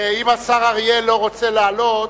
אם השר אריאל אטיאס לא רוצה לעלות,